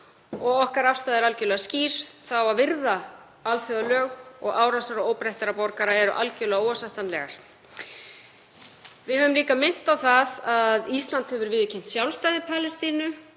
Okkar afstaða er algjörlega skýr: Það á að virða alþjóðalög og árásir óbreyttra borgara eru algerlega óásættanlegar. Við höfum líka minnt á það að Ísland hefur viðurkennt sjálfstæði Palestínu